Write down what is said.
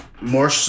more